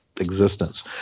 existence